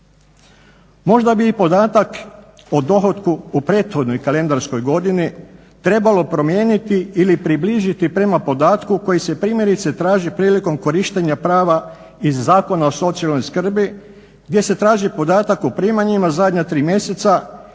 Možda bi i podatak o dohotku o prethodnoj kalendarskoj godini trebalo promijeniti ili približiti prema podatku koji se primjerice traži prilikom korištenja prava iz Zakona o socijalnoj skrbi gdje se traži podatak o primanjima zadnja tri mjeseca